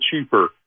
cheaper